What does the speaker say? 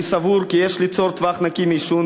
אני סבור כי יש ליצור טווח נקי מעישון